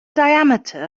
diameter